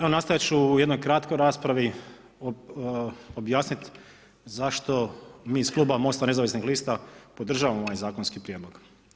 Evo, nastojati ću u jednoj kratkoj raspravi objasniti zašto mi iz Kluba Mosta nezavisnih lista, podržavamo ovaj zakonski prijedlog.